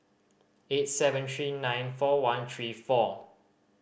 eight seven three nine four one three four